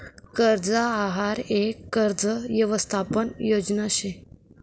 कर्ज आहार यक कर्ज यवसथापन योजना शे